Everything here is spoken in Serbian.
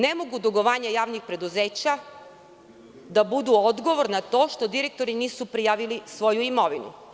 Ne mogu dugovanja javnih preduzeća da budu odgovorno za to što direktori nisu prijavili svoju imovinu.